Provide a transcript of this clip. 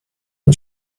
und